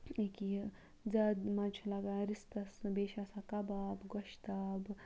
أکیٛاہ یہِ زیادٕ مَزٕ چھُ لَگان رِستَس بیٚیہِ چھِ آسان کَباب گۄشتابہٕ